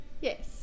Yes